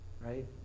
Right